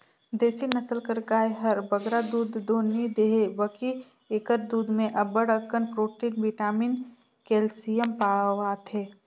देसी नसल कर गाय हर बगरा दूद दो नी देहे बकि एकर दूद में अब्बड़ अकन प्रोटिन, बिटामिन, केल्सियम पवाथे